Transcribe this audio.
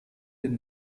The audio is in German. den